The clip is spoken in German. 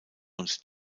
und